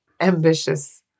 ambitious